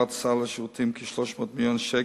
של סל השירותים כ-300 מיליון שקלים.